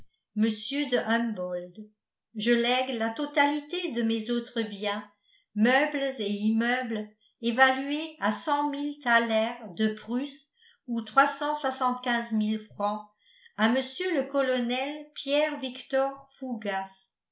mr de humboldt je lègue la totalité de mes autres biens meubles et immeubles évalués à thalers de prusse ou francs à mr le colonel pierre victor fougas